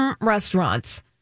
restaurants